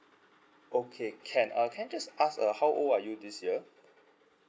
okay can uh can I just ask uh how old are you this year